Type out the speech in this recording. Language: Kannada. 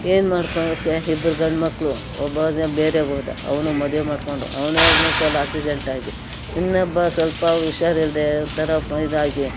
ಏನು ಮಾಡ್ಕೊಳ್ಳೋಕ್ಕೆ ಇಬ್ರು ಗಂಡು ಮಕ್ಕಳು ಒಬ್ಬ ಮಗ ಬೇರೆ ಹೋದ ಅವನು ಮದುವೆ ಮಾಡಿಕೊಂಡು ಅವ್ನು ಎರ್ಡು ಮೂರು ಸಲ ಆಕ್ಸಿಡೆಂಟಾಗಿ ಇನ್ನೊಬ್ಬ ಸ್ವಲ್ಪ ಹುಷಾರಿಲ್ಲದೆ ಒಂಥರ ಪ್ ಇದಾಗಿ